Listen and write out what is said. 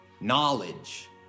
Knowledge